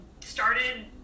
started